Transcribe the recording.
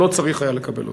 שלא צריך היה לקבל אותו.